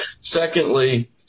Secondly